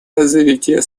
развитие